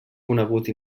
conegut